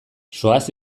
zoaz